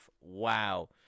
Wow